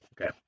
Okay